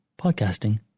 Podcasting